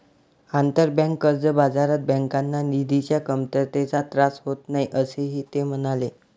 आंतरबँक कर्ज बाजारात बँकांना निधीच्या कमतरतेचा त्रास होत नाही, असेही ते म्हणाले